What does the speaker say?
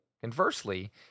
conversely